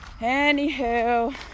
Anywho